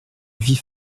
avis